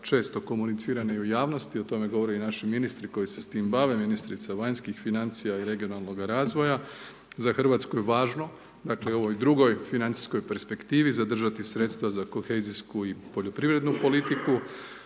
često komunicirana i u javnosti, o tome govore i naši ministri koji se s tim bave, ministrica vanjskih financija i regionalnog razvoja. Za RH je važno, dakle, u ovoj drugoj financijskoj perspektivi zadržati sredstva za kohezijsku i poljoprivrednu politiku,